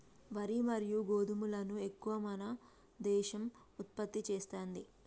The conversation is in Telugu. వరి మరియు గోధుమలను ఎక్కువ మన దేశం ఉత్పత్తి చేస్తాంది